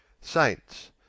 saints